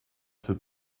für